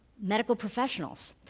medical professionals,